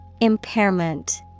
Impairment